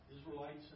Israelites